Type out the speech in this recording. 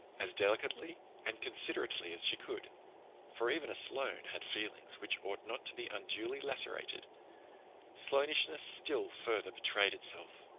as delicately and considerately as she could for even sloane had feelings which ought not to be unduly lacerated sloanishness still further betrayed itself.